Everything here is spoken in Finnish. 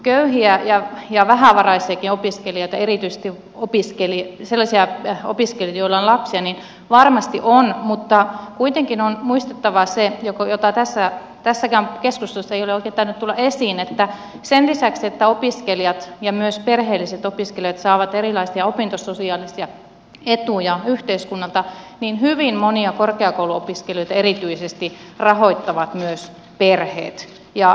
köyhiä ja vähävaraisiakin opiskelijoita erityisesti sellaisia opiskelijoita joilla on lapsia varmasti on mutta kuitenkin on muistettava se mitä tässäkään keskustelussa ei ole oikein tainnut tulla esiin että sen lisäksi että opiskelijat ja myös perheelliset opiskelijat saavat erilaisia opintososiaalisia etuja yhteiskunnalta hyvin monia erityisesti korkeakouluopiskelijoita rahoittavat myös perheet